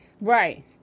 Right